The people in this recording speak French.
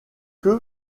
que